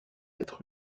lettre